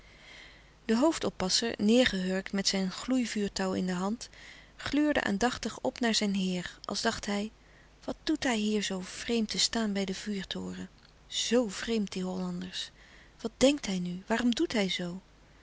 de hoofdoppasser neêrgehurkt met zijn gloei vuurtouw in de hand gluurde aandachtig op naar zijn heer als dacht hij wat doet hij hier zoo vreemd te staan bij den vuurtoren zoo louis couperus de stille kracht vreemd die hollanders wat denkt hij nu waarom doet hij zoo